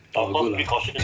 oh good lah